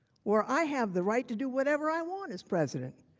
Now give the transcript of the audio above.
or i have the right to do whatever i want as president.